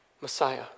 Messiah